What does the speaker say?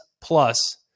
plus